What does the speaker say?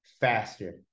faster